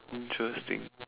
interesting